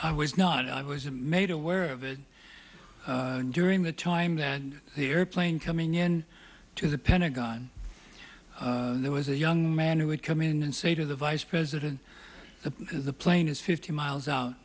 i was not i was made aware of it during the time that the airplane coming in to the pentagon there was a young man who would come in and say to the vice president of the plane is fifty miles out